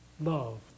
love